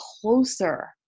closer